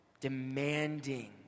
demanding